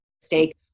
stake